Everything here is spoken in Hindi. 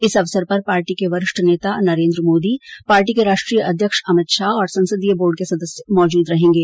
इस अवसर पर पार्टी के वरिष्ठ नेता नरेन्द्र मोदी पार्टी के राष्ट्रीय अध्यक्ष अमित शाह और संसदीय बोर्ड के सदस्य मौजूद रहेंगे